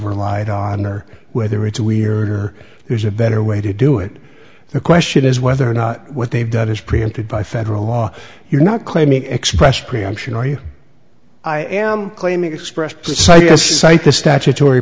relied on or whether it's weird or there's a better way to do it the question is whether or not what they've done is preempted by federal law you're not claiming expressed preemption are you i am claiming expressed precisely the statutory